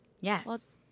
Yes